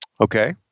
Okay